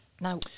Now